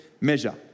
measure